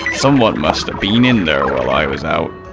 someone must have been in there while i was out,